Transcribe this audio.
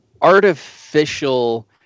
artificial